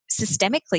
systemically